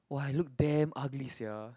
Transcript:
[wah] you look damn ugly sia